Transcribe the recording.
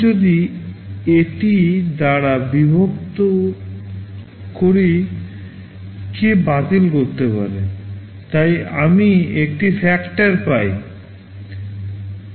যদি আমি এটি কে দ্বারা বিভক্ত করি কে বাতিল করতে পারে তাই আমি একটি ফ্যাক্টর পাই